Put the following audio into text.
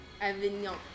Avignon